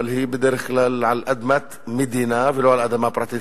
אבל היא בדרך כלל על אדמת מדינה ולא על אדמה פרטית,